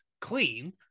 clean